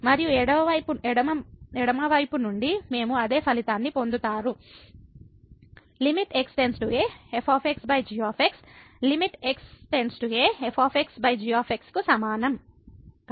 మరియు ఎడమ వైపు నుండి మనం అదే ఫలితాన్ని పొందుతారు x a f g limit x a f g కు సమానం